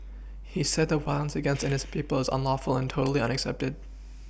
he said that violence against innocent people is unlawful and totally unacceptable